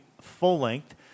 full-length